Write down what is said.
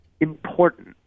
important